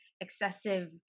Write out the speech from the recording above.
excessive